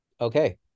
Okay